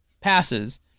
passes